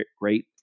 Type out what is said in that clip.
great